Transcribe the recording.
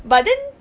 but then